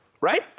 Right